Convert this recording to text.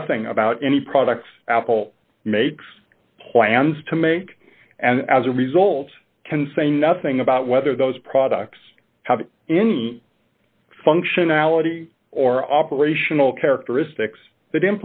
nothing about any products apple makes plans to make and as a result can say nothing about whether those products have any functionality or operational characteristics that